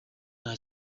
nta